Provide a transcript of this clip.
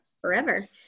forever